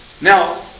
Now